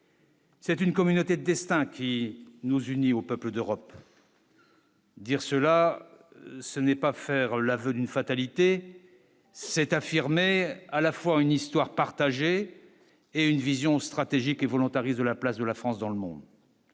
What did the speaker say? C'est une communauté destin qui nous uni aux peuples d'Europe. Dire cela, ce n'est pas faire l'aveu d'une fatalité, c'est affirmer à la fois une histoire partagée et une vision stratégique et volontariste de la place de la France dans le monde.